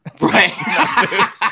Right